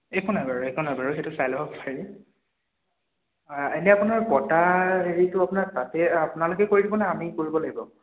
এইখনে বাৰু এইখনে বাৰু সেইটো চাই ল'ব পাৰি এনে আপোনাৰ কটা হেৰিটো আপোনাৰ তাতে আপোনালোকে কৰিবনে আমি কৰিব লাগিব